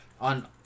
on